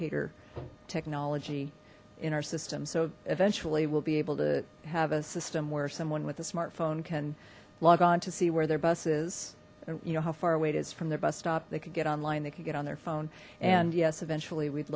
locator technology in our system so eventually we'll be able to have a system where someone with a smartphone can log on to see where their bus is you know how far away it is from their bus stop they could get online they could get on their phone and yes eventually we'd